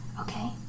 Okay